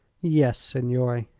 yes, signore.